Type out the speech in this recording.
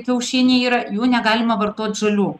kiaušiniai yra jų negalima vartot žalių